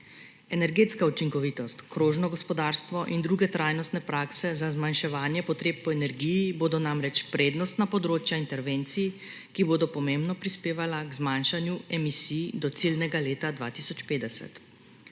Energetska učinkovitost, krožno gospodarstvo in druge trajnostne prakse za zmanjševanje potreb po energiji bodo namreč prednostna področja intervencij, ki bodo pomembno prispevala k zmanjšanju emisij do ciljnega leta 2050,